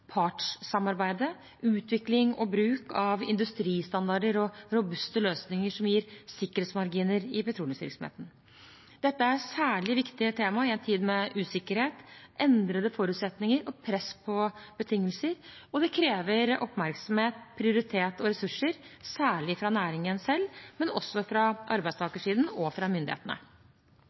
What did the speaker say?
partssamarbeidet, utvikling og bruk av industristandarder og robuste løsninger som gir sikkerhetsmarginer i petroleumsvirksomheten. Dette er særlig viktige tema i en tid med usikkerhet, endrede forutsetninger og press på betingelser. Og det krever oppmerksomhet, prioritet og ressurser, særlig fra næringen selv, men også fra arbeidstakersiden og fra myndighetene.